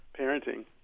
parenting